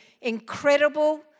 Incredible